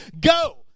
Go